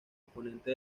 exponente